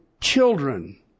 children